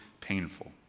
painful